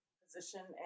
position